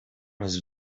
has